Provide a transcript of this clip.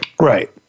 Right